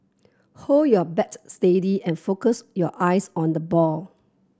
hold your bat steady and focus your eyes on the ball